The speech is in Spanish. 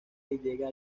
llega